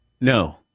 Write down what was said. No